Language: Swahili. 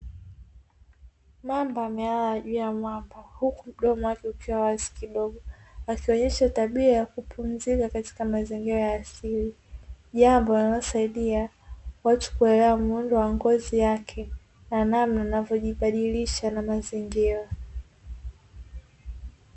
Mamba amelala juu ya mwamba huku mdomo wake ukiwa wazikidogo, akionyesha tabia ya kupumzika katika mazingira ya asili, jambo linalosaidia watu kuelewa muundo wa ngozi yake, na namna anavyojibadilisha na mazingira .